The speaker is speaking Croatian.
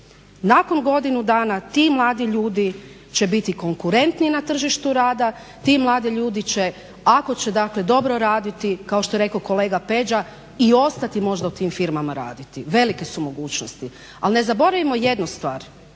Nakon godinu dana ti mladi ljudi će biti konkurentniji na tržištu rada, ti mladi ljudi će, ako će dakle dobro raditi kao što je rekao kolega Peđa i ostati možda u tim firmama raditi velike su mogućnosti. Ali ne zaboravimo jednu stvar